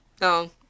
No